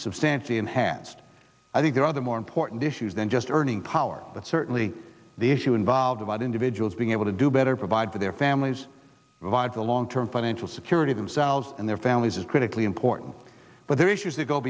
substantially enhanced i think there are other more important issues than just earning power but certainly the issue involved about individuals being able to do better provide for their families via the long term financial security themselves and their families is critically important but they're issues that go